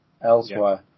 elsewhere